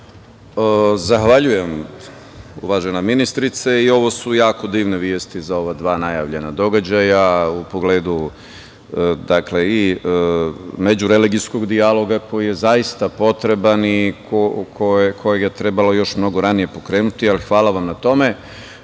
Zahvaljujem, uvažena ministrice. Ovo su jako divne vesti za ova dva najavljena događaja, u pogledu i međureligijskog dijaloga koji je zaista potreban i kojeg je trebalo još mnogo ranije pokrenuti, ali hvala vam na tome,